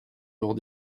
lors